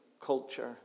culture